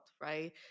right